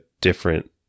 different